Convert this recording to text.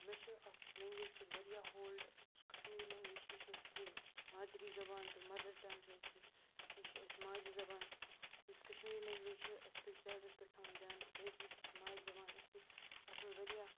مےٚ چھِ اَتھ لٮ۪نٛگویج پٮ۪ٹھ واریاہ ہولڈٕ یُس کشمیٖری لٮ۪نٛگویج چھِ یہِ چھِ اَسہِ بیٚیہِ مادری زبان تہٕ مَدَر ٹنٛگ چھِ اَسہِ یہِ یہِ چھِ اَسہِ ماجہِ زبان یُس کشمیٖری لٮ۪نٛگویج چھِ اَسہِ پَزِ زیادٕ اَتھ پٮ۪ٹھ تھاوُن دیان تِکیٛازِکہِ یہِ چھِ اَسہِ ماجہِ زبان اَسہِ پَزِ اَتھ پٮ۪ٹھ واریاہ